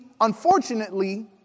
unfortunately